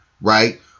right